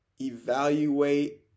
evaluate